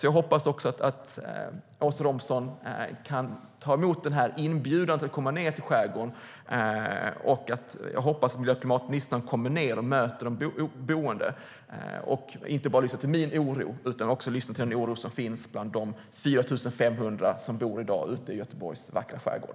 Jag hoppas att Åsa Romson tar emot inbjudan och kommer ned till skärgården och möter de boende och lyssnar inte bara till min oro utan också till den oro som finns bland de 4 500 som i dag bor i Göteborgs vackra skärgård.